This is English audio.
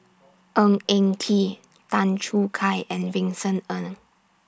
Ng Eng Kee Tan Choo Kai and Vincent Ng